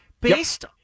Based